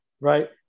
right